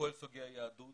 לכל סוגי היהדות